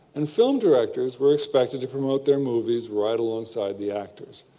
and film directors were expected to promote their movies, right alongside the actors.